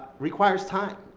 requires time.